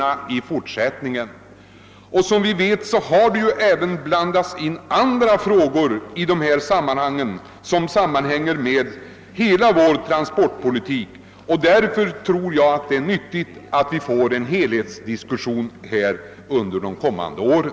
Som vi vet har det här även blandats in andra frågor som sammanhänger med hela vår trafikpolitik, och därför tror jag, att det är nyttigt att vi får en helhetsdiskussion om dessa problem under de kommande åren.